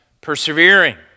persevering